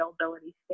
availability